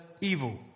evil